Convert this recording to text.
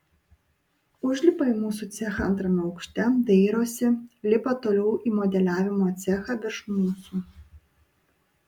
užlipa į mūsų cechą antrame aukšte dairosi lipa toliau į modeliavimo cechą virš mūsų